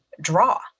draw